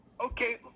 Okay